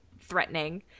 threatening